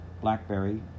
Blackberry